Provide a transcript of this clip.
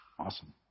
Awesome